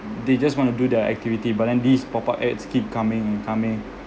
they just want to do their activity but then these pop up ads keep coming and coming